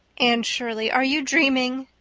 anne shirley, are you dreaming?